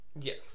yes